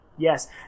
Yes